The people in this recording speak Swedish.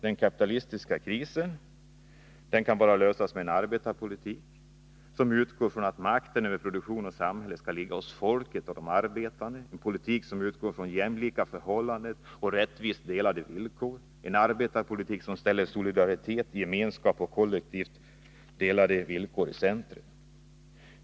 Den kapitalistiska krisen kan bara lösas med en arbetarpolitik som utgår ifrån att makten över produktion och samhälle skall ligga hos folket och de arbetande, en politik som utgår från jämlika förhållanden och rättvist delade villkor, en arbetarpolitik som ställer solidaritet, gemenskap och kollektivt delade villkor i centrum.